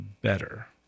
better